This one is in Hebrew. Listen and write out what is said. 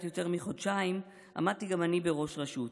יותר מחודשיים עמדתי גם אני בראש רשות,